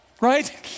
right